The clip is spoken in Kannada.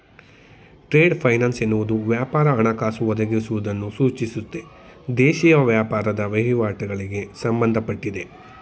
ಟ್ರೇಡ್ ಫೈನಾನ್ಸ್ ಎನ್ನುವುದು ವ್ಯಾಪಾರ ಹಣಕಾಸು ಒದಗಿಸುವುದನ್ನು ಸೂಚಿಸುತ್ತೆ ದೇಶೀಯ ವ್ಯಾಪಾರದ ವಹಿವಾಟುಗಳಿಗೆ ಸಂಬಂಧಪಟ್ಟಿದೆ